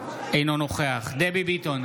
אינו נוכח דבי ביטון,